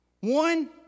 one